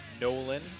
Nolan